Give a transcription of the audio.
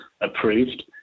approved